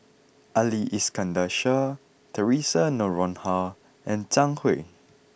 Ali Iskandar Shah Theresa Noronha and Zhang Hui